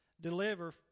deliver